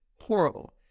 horrible